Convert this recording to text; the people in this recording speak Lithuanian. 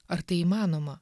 ar tai įmanoma